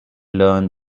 learn